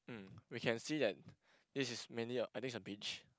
mm we can see that this is mainly a I think is a beach